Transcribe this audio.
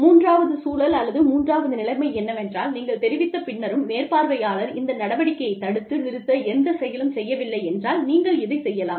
மூன்றாவது சூழல் அல்லது மூன்றாவது நிலைமை என்னவென்றால் நீங்கள் தெரிவித்த பின்னரும் மேற்பார்வையாளர் இந்த நடவடிக்கையை தடுத்து நிறுத்த எந்த செயலும் செய்ய வில்லை என்றால் நீங்கள் இதைச் செய்யலாம்